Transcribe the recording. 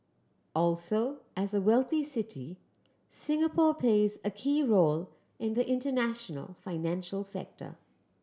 also as a wealthy city Singapore plays a key role in the international financial sector